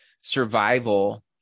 survival